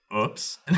Oops